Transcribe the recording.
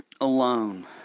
alone